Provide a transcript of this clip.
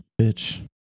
Bitch